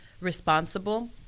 responsible